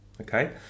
okay